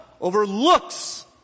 overlooks